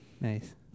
Nice